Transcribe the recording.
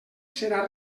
serà